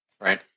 Right